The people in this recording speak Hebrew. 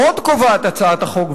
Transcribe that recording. עוד קובעת הצעת החוק,